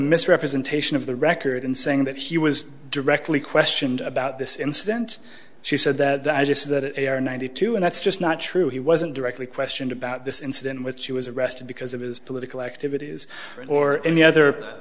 misrepresentation of the record and saying that he was directly questioned about this incident she said that just that they are ninety two and that's just not true he wasn't directly questioned about this incident was she was arrested because of his political activities or any other